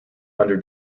under